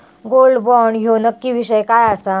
Gold bond ह्यो नक्की विषय काय आसा?